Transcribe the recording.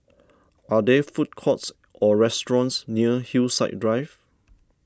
are there food courts or restaurants near Hillside Drive